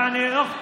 יעני, יעני,